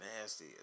nasty